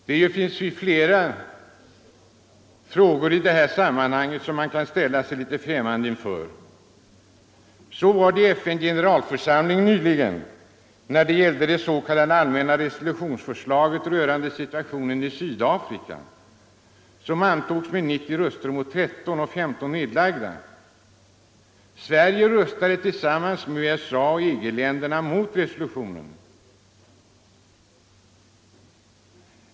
Det finns flera frågor i det här sammanhanget som man kan ställa sig litet främmande inför. I FN:s generalförsamling nyligen, när det gällde det s.k. allmänna resolutionsförslaget rörande situationen i Sydafrika, som antogs med 90 röster mot 13 och 15 nedlagda, röstade Sverige tillsammans med USA och EG-länderna mot resolutionen.